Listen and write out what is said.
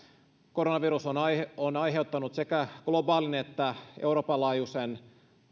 koronavirus on aiheuttanut sekä globaalin että euroopan laajuisen